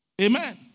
Amen